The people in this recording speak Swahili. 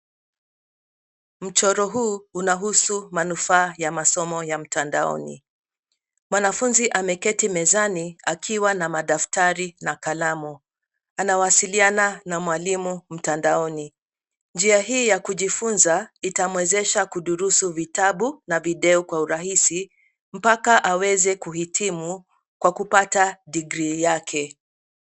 Mchoro huu unahusu manufaa ya masomo ya mtandaoni. Mwanafunzi ameketi mezani akiwa na madaftari na kalamu. Anawasiliana na mwalimu mtandaoni. Njia hii ya kujifunza itamwezesha kudurusu vitabu na video kwa urahisi mpaka aweze kuhitimu kwa kupata degree yake.